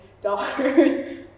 dollars